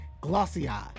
glossy-eyed